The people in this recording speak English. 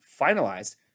finalized